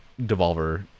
Devolver